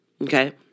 Okay